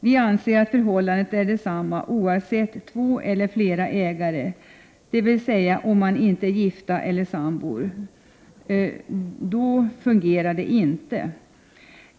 Vi anser att förhållandet är detsamma oavsett om det är två eller flera ägare, dvs. om dessa inte är gifta eller sambor.